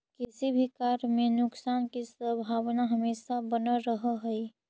किसी भी कार्य में नुकसान की संभावना हमेशा बनल रहअ हई